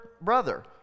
brother